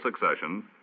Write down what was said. succession